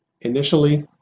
Initially